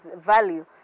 value